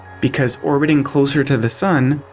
because orbiting closer to the sun,